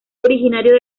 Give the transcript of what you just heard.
originario